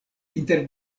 inter